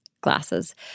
glasses